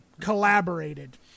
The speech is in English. collaborated